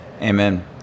Amen